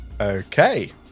Okay